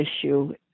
issue